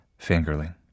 fangirling